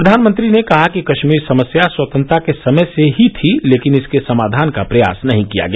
प्रधानमंत्री ने कहा कि कश्मीर समस्या स्वतंत्रता के समय से ही थी लेकिन इसके समाधान का प्रयास नहीं किया गया